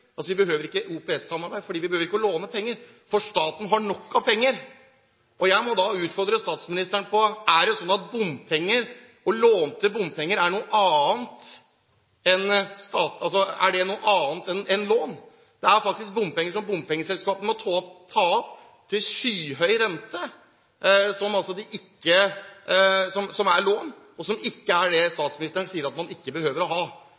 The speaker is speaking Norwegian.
for staten ha nok av penger. Jeg må da utfordre statsministeren: Er det sånn at bompenger, lånte bompenger, er noe annet enn lån? Det er faktisk lån som bompengeselskapene må ta opp til skyhøy rente, og som statsministeren sier at man ikke behøver. Da lurer jeg på: Hva er egentlig logikken til statsministeren. Er det